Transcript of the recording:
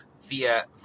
via